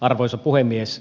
arvoisa puhemies